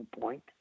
point